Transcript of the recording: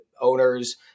owners